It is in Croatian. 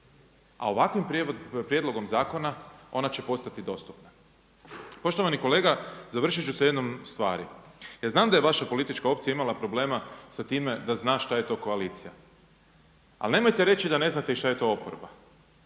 A ovakvim prijedlogom zakona ona će postati dostupna. Poštovani kolega, završit ću sa jednom stvari. Ja znam da je vaša politička opcija imala problema sa time da zna šta je to koalicija. Ali nemojte reći da ne znate i šta je to oporba.